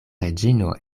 reĝino